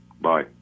Bye